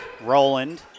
Roland